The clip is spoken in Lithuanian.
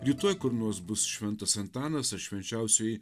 rytoj kur nors bus šventas antanas ar švenčiausioji